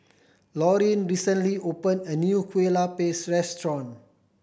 Lorin recently open a new Kueh Lupis restaurant